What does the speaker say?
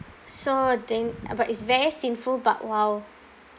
so then uh but it's very sinful but !wow!